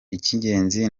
icy’ingenzi